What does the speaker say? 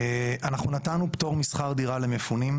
אנחנו נתנו פטור לשכר דירה למפונים,